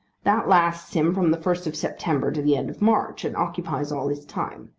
that lasts him from the first of september to the end of march, and occupies all his time.